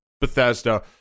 Bethesda